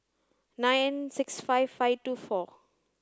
nine six five five two four